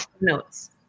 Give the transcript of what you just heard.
notes